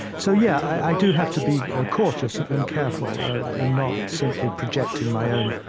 so yeah i do have to be ah cautious and and careful in not simply projecting my own,